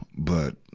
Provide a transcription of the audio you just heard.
but,